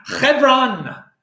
Hebron